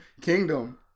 Kingdom